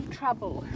trouble